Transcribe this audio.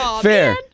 Fair